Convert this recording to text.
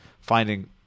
finding